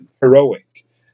heroic